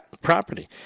property